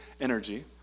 energy